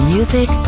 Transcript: Music